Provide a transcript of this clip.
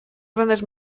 grandes